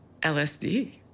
LSD